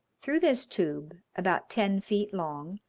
through this tube, about ten feet long,